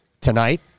tonight